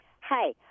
Hi